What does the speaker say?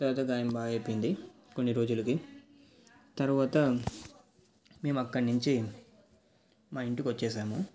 తరువాత గాయం బాగైపోయింది కొన్ని రోజులకి తరువాత మేము అక్కడి నుంచి మా ఇంటికి వచ్చేసాము